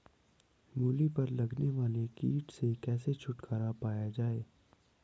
मूली पर लगने वाले कीट से कैसे छुटकारा पाया जाये?